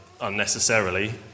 unnecessarily